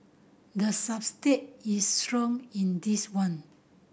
the subtext is strong in this one